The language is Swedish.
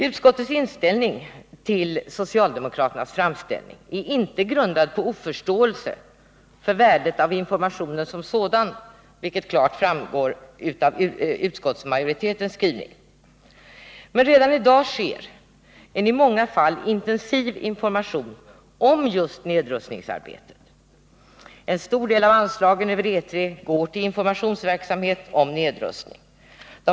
Utskottets inställning till socialdemokraternas framställning är inte grundad på oförståelse för värdet av informationen som sådan, vilket klart framgår av utskottsmajoritetens skrivning. Redan i dag sker en i många fall intensiv information om just nedrustningsarbetet. En stor del av anslagen över E3 går till informationsverksamhet på nedrustningsområdet.